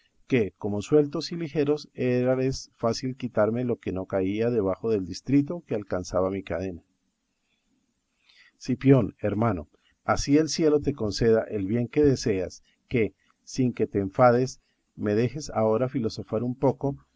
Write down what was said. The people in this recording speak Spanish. que como sueltos y ligeros érales fácil quitarme lo que no caía debajo del distrito que alcanzaba mi cadena cipión hermano así el cielo te conceda el bien que deseas que sin que te enfades me dejes ahora filosofar un poco